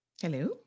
Hello